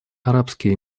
арабские